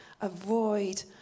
Avoid